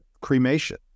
cremation